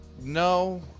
no